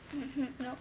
mmhmm nop